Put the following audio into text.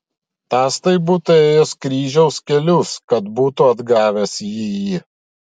tas tai būtų ėjęs kryžiaus kelius kad būtų atgavęs jįjį